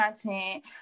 content